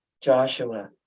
Joshua